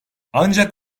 ancak